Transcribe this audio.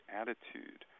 attitude